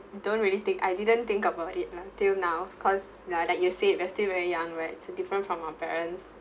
I don't really think I didn't think about it lah until now because yeah like you said we're still very young right so different from our parents